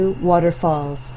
waterfalls